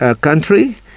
country